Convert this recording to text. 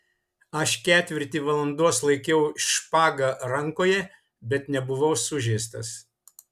aš ketvirtį valandos laikiau špagą rankoje bet nebuvau sužeistas